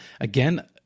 Again